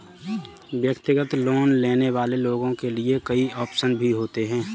व्यक्तिगत लोन लेने वाले लोगों के लिये कई आप्शन भी होते हैं